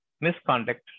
misconduct